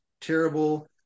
terrible